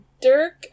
Dirk